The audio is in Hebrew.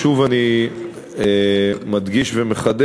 שוב אני מדגיש ומחדד,